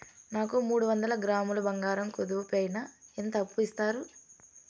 నాకు మూడు వందల గ్రాములు బంగారం కుదువు పైన ఎంత అప్పు ఇస్తారు?